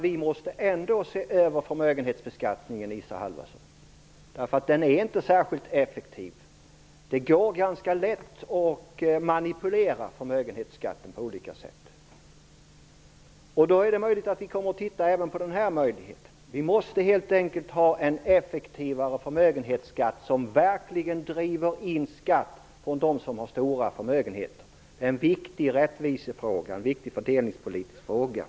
Vi måste ändå se över förmögenhetsbeskattningen, Isa Halvarsson, eftersom den inte är särskilt effektiv. Det är ganska lätt att manipulera förmögenhetsskatten på olika sätt. Därför är det möjligt att vi kommer att se över även denna möjlighet. Vi måste helt enkelt ha en effektivare förmögenhetsskatt som verkligen driver in skatt från dem som har stora förmögenheter - en viktig rättvise och fördelningspolitisk fråga.